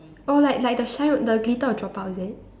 oh like like the shine the glitter will drop out is it